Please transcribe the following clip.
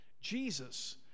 Jesus